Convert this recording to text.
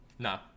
No